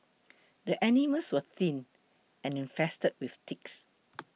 the animals were thin and infested with ticks